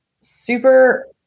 Super